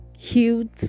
cute